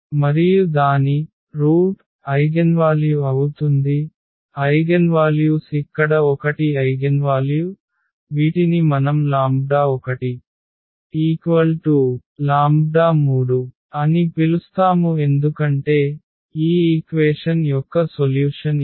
మరియు దాని మూలం ఐగెన్వాల్యు అవుతుంది ఐగెన్వాల్యూస్ ఇక్కడ 1 ఐగెన్వాల్యు వీటిని మనం 1 3 అని పిలుస్తాము ఎందుకంటే ఈ ఈక్వేషన్ యొక్క సొల్యూషన్ ఇది